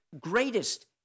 greatest